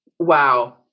Wow